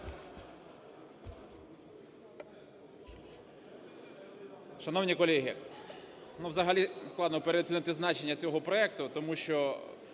Шановні колеги, взагалі складно переоцінити значення цього проекту. Тому що